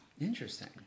Interesting